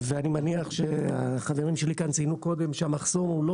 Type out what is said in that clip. ואני מניח שהחברים שלי כאן ציינו קודם שהמחסור הוא לא